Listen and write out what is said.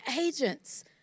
agents